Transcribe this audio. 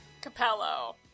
Capello